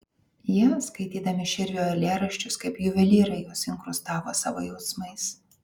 jie skaitydami širvio eilėraščius kaip juvelyrai juos inkrustavo savo jausmais